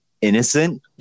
innocent